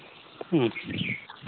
ठीक